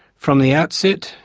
from the outset,